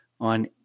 on